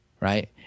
right